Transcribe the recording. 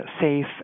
safe